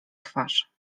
twarz